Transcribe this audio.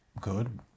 Good